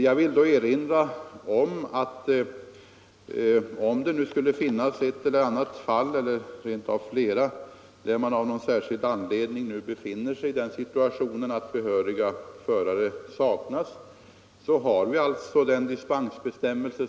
Jag vill då erinra om att skulle det finnas ett eller rent av flera fall där man av någon särskild anledning är i den situationen att behörig förare saknas, så finns det en dispensbestämmelse